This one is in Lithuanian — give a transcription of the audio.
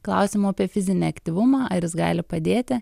klausimo apie fizinį aktyvumą ar jis gali padėti